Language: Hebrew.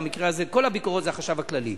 במקרה הזה, כל הביקורות זה החשב הכללי.